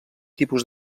tipus